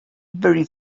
very